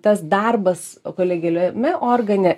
tas darbas kolegialiame organe